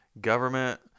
government